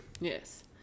yes